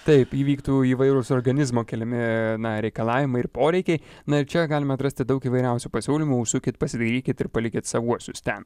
taip įvyktų įvairūs organizmo keliami reikalavimai ir poreikiai na ir čia galime atrasti daug įvairiausių pasiūlymų užsukit pasidairykit ir palikit savuosius ten